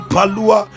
Palua